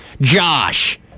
Josh